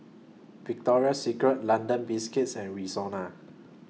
Victoria Secret London Biscuits and Rexona